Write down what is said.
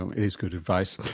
ah is good advice.